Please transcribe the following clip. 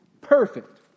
Perfect